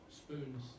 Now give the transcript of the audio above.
spoons